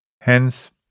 Hence